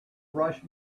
rush